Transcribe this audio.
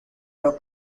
los